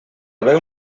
veu